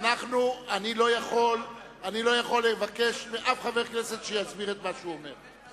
אני לא יכול לבקש מאף אחד מחברי הכנסת שיסביר את מה שהוא אומר.